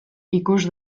ikus